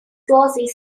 goes